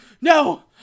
no